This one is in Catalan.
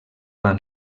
van